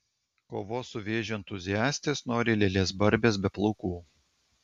kovos su vėžiu entuziastės nori lėlės barbės be plaukų